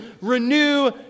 renew